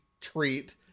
treat